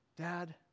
Dad